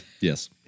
Yes